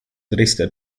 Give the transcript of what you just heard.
triste